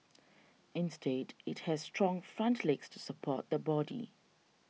instead it has strong front legs to support the body